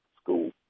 school